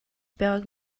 байгааг